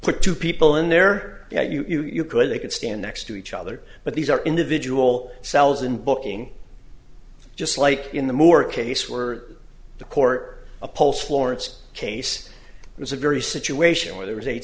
put two people in there yeah you could they could stand next to each other but these are individual cells in booking just like in the morgue case were the court upholds florence case it was a very situation where there was eight